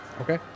Okay